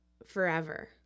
forever